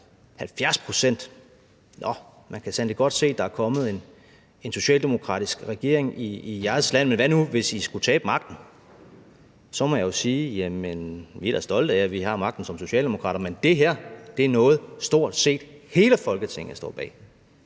70 pct., nå! Man kan sandelig godt se, der er kommet en socialdemokratisk regering i jeres land. Men hvad nu, hvis I skulle tabe magten? Der må jeg sige: Jamen vi er da stolte af, at vi har magten som socialdemokrater, men det her er noget, stort set hele Folketinget står bag.